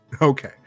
Okay